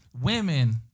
women